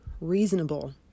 reasonable